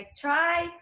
try